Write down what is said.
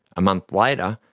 a month later,